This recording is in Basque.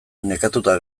nekatuta